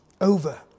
over